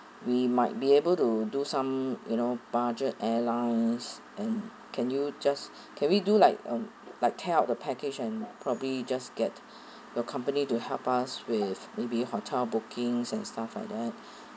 we might be able to do some you know budget airlines and can you just can we do like um like take up the package and probably just get your company to help us with hotel bookings and stuff like that